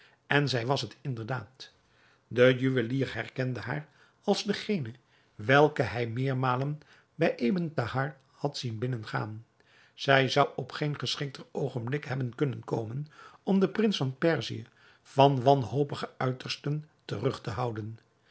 en zij was het inderdaad de juwelier herkende haar als degene welke hij meermalen bij ebn thahar had zien binnengaan zij zou op geen geschikter oogenblik hebben kunnen komen om den prins van perzië van wanhopige uitersten terug te houden